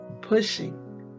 pushing